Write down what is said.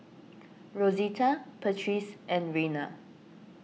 Rosita Patrice and Rena